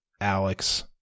Alex